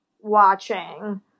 watching